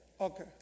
Okay